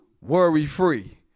worry-free